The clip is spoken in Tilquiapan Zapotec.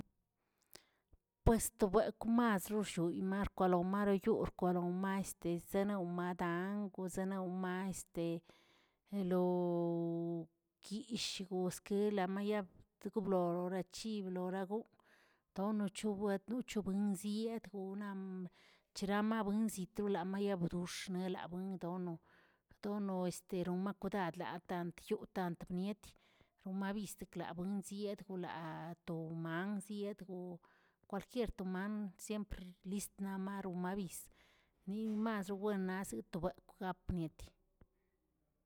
Pues to bekwꞌmas xoshoy markw maroyurk kwaroma este nawmadan gozenawma, lo kish goskeꞌ lamaya tegoblolə chibloragunꞌ, tonochubwet luchobuen dietgoꞌmaꞌa cheramaꞌ buin zitolamayabxox melabuendolo tono este romakwadad tantyoo tan bneꞌe. romabiste klamonbziyad golaa tomanziꞌi to kwalquier toman siempr list tamaruꞌu wizə maz wennaꞌ letobelwꞌ gapniet.